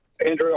Andrew